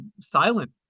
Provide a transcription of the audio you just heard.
silent